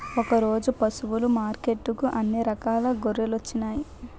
ఈరోజు పశువులు మార్కెట్టుకి అన్ని రకాల గొర్రెలొచ్చినాయ్